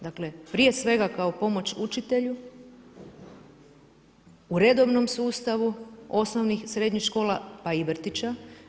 Dakle, prije svega kao pomoć učitelju, u redovnom sustavu osnovnih i srednjih škola, pa i vrtića.